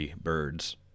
birds